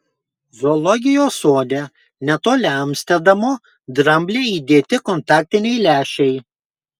zoologijos sode netoli amsterdamo dramblei įdėti kontaktiniai lęšiai